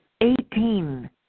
Eighteen